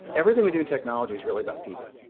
everything we do in technology is really about people